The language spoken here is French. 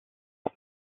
ans